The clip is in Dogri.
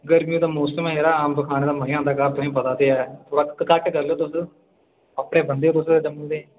गर्मिये दा मौसम ऐ यरा अंब खाने दा मजा आंदा घर तुसें पता ते ऐ थोह्ड़ा घट्ट करी करी लैओ तुस अपने बंदे ओ तुस जम्मू दे